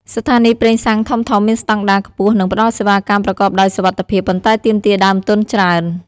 ស្ថានីយ៍ប្រេងសាំងធំៗមានស្តង់ដារខ្ពស់និងផ្តល់សេវាកម្មប្រកបដោយសុវត្ថិភាព ប៉ុន្តែទាមទារដើមទុនច្រើន។